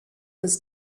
was